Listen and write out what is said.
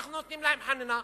אנחנו נותנים להם חנינה.